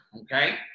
okay